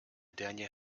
dernier